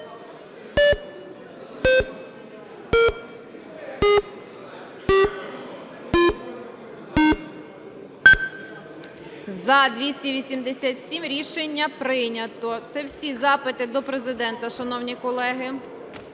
За-287 Рішення прийнято. Це всі запити до Президента, шановні колеги.